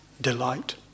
delight